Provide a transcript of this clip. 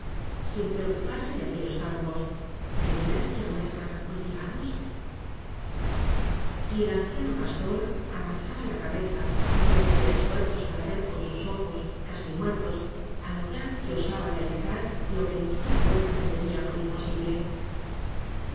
sin preocuparse ele aquellos campos de veras que ahora estaban cultivados y el anciano pastor avanzaba la cabeza y hacía esfuerzos para ver con sus ojos casi muertos al audaz que osaba realizar lo que en toda la huerta se tenía por imposible